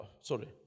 sorry